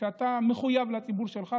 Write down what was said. שאתה מחויב לציבור שלך,